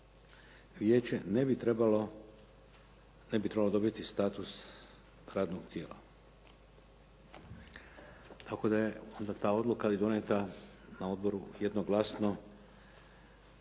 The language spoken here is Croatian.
vijeće ne bi trebalo dobiti status radnog tijela. Tako da je onda ta odluka donijeta na odboru jednoglasno